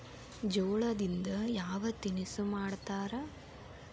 ಜೋಳದಿಂದ ಯಾವ ತಿನಸು ಮಾಡತಾರ?